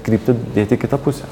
kryptį dėt į kitą pusę